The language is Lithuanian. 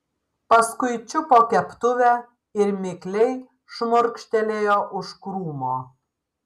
paskui čiupo keptuvę ir mikliai šmurkštelėjo už krūmo